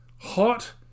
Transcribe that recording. Hot